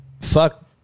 fuck